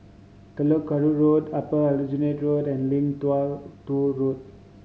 Telok Kurau Road Upper Aljunied Road and Lim Tua Tow Road